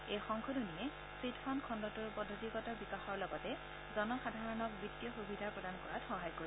এই সংশোধনীয়ে chit fund খণ্ডটোৰ পদ্ধতিগত বিকাশৰ লগতে জনসাধাৰণক বিত্তীয় সুবিধা প্ৰদান কৰাত সহায় কৰিব